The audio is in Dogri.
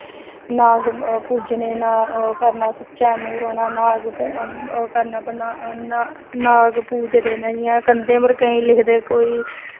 नाग पूजने ओह् करना सुच्चै मुंह रौह्ना नाग ओह् करना नाग पूजदे नै जियां कंधे पर केईं लिखदे कोई